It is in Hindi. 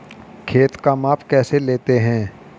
खेत का माप कैसे लेते हैं?